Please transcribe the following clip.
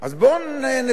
לא יהיה חופש הביטוי,